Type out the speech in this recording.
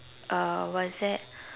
uh what is that